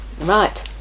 Right